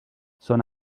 son